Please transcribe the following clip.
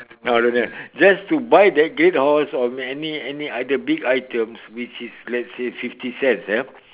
now don't have just to buy that great horse or any any other big items which is let's say fifty cents eh